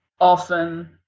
often